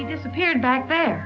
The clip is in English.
he disappeared back there